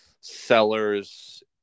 sellers